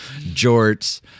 jorts